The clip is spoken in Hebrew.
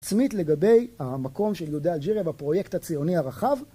עצמית לגבי המקום של יהודה אלג'ירב, הפרויקט הציוני הרחב